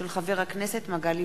הודעה